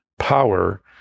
power